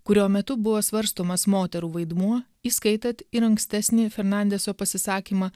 kurio metu buvo svarstomas moterų vaidmuo įskaitant ir ankstesnį fernandeso pasisakymą